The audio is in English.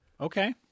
Okay